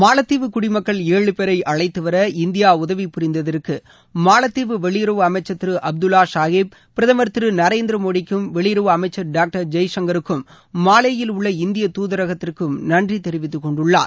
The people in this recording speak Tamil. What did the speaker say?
மாலத்தீவு குடிமக்கள் ஏழு பேரை அழைத்து வர இந்தியா உதவி புரிந்ததற்கு மாலத்தீவு வெளியுறவு அமைச்சர் திரு அப்துல்லா ஷஹீப் பிரதமர் திரு நரேந்திரமோடிக்கும் வெளியுறவு அமைச்சர் டாக்டர் ஜெய்சங்கருக்கும் மாலேயில் உள்ள இந்தியத் துதரகத்திற்கும் நன்றி தெரிவித்துக் கொண்டுள்ளார்